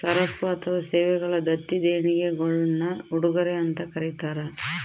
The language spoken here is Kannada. ಸರಕು ಅಥವಾ ಸೇವೆಗಳ ದತ್ತಿ ದೇಣಿಗೆಗುಳ್ನ ಉಡುಗೊರೆ ಅಂತ ಕರೀತಾರ